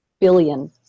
billion